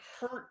hurt